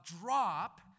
drop